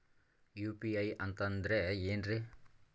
UPI ಅಂತಂದ್ರೆ ಏನ್ರೀ?